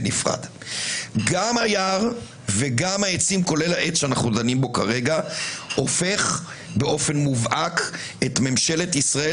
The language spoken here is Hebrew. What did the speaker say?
גם היער וגם העצים הופכים את ממשלת ישראל,